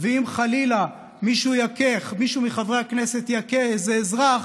ואם חלילה מישהו מחברי הכנסת יכה איזה אזרח,